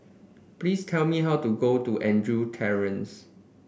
please tell me how to get to Andrew Terrace